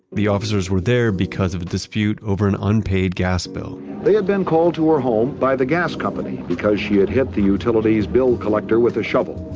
the officers were there because of a dispute over an unpaid gas bill they had been called to her home by the gas company because she had hit the utilities bill collector with a shovel.